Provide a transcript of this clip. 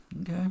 Okay